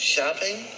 Shopping